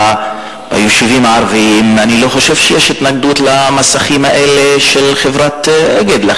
ביישובים הערביים אני לא חושב שיש התנגדות למסכים האלה של חברת "אגד".